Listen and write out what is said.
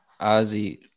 Ozzy